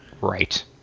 Right